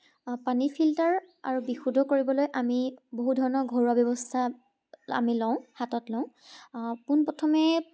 পানী ফিল্টাৰ আৰু বিশুদ্ধ কৰিবলৈ আমি বহু ধৰণৰ ঘৰুৱা ব্যৱস্থা আমি লওঁ হাতত লওঁ পোনপ্ৰথমে